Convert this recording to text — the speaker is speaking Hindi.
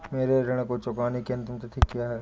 मेरे ऋण को चुकाने की अंतिम तिथि क्या है?